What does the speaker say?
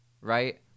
right